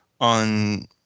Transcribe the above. on